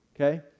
okay